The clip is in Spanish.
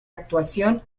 actuación